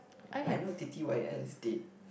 I know t_t_y_l is dead